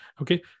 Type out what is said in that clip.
Okay